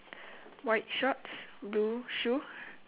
white shorts blue shoe